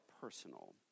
personal